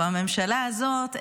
בממשלה הזאת,